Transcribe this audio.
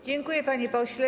Dziękuję, panie pośle.